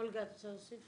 אולגה, את רוצה להוסיף